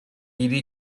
hiri